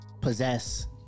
possess